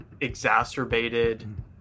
exacerbated